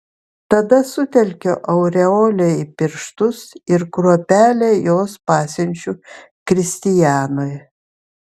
tada sutelkiu aureolę į pirštus ir kruopelę jos pasiunčiu kristianui